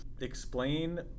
Explain